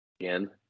Again